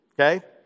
okay